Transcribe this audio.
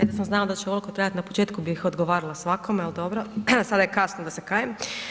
E da sam znala da će ovolko trajat, na početku bih odgovarala svakome, al dobro, sada je kasno da se kajem.